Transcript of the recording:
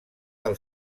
del